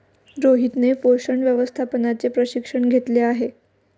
रोहितने पोषण व्यवस्थापनाचे प्रशिक्षण घेतले आहे